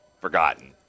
forgotten